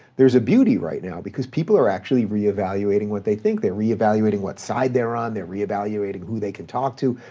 there's a beauty right now because people are actually re-evaluating what they think. they're re-evaluating what side they're on, they're re-evaluating who they can talk to,